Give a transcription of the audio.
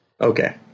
Okay